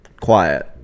quiet